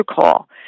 call